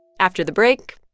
after the break.